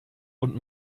und